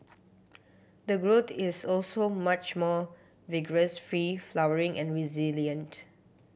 the growth is also much more vigorous free flowering and resilient